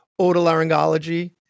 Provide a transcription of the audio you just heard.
otolaryngology